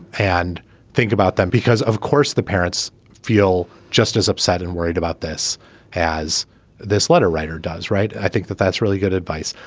and think about them, because, of course, the parents feel just as upset and worried about this as this letter writer does write. i think that that's really good advice.